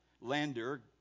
Lander